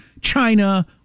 china